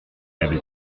avait